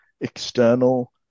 external